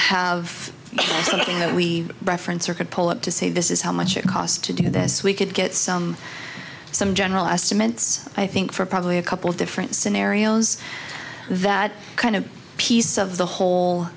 that we reference or could pull up to say this is how much it cost to do this we could get some some general estimates i think for probably a couple of different scenarios that kind of piece of the whole